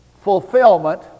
fulfillment